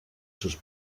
sus